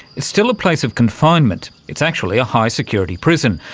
it's still a place of confinement. it's actually a high-security prison,